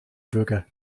bürger